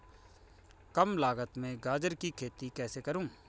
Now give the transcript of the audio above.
कम लागत में गाजर की खेती कैसे करूँ?